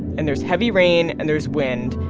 and there's heavy rain, and there's wind.